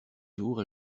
jours